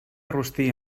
rostir